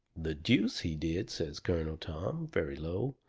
the deuce he did! says colonel tom, very low,